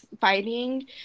fighting